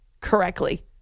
Correctly